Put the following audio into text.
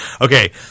Okay